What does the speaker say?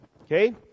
Okay